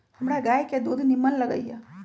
हमरा गाय के दूध निम्मन लगइय